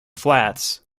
flats